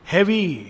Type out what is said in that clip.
Heavy